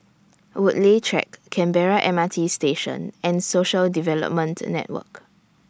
Woodleigh Track Canberra M R T Station and Social Development Network